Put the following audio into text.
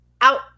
out